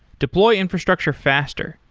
deploy infrastructure faster.